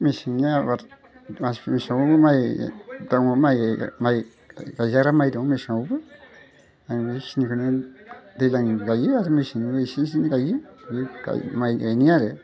मेसेंनि आबाद मास मोनसेयावनो माइ दङ माइ गायजाग्रा दङ मेसेङावबो आं बेखिनिखौनो दैज्लांनिबो गायो आरो मेसेंनिबो एसे एसे गायो बे माइ गायनाया आरो